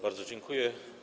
Bardzo dziękuję.